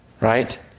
Right